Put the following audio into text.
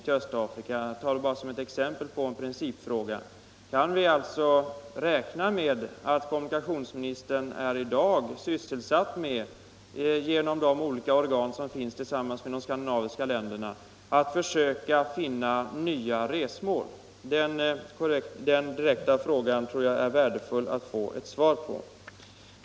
Jag tar Östafrika som ett exempel. Kan vi räkna med att kommunikationsministern i dag är sysselsatt med att — genom de olika organ som finns — tillsammans med de andra skandinaviska länderna försöka finna nya resmål? Den direkta frågan tror jag är värdefull att få besvarad.